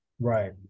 Right